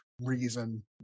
reason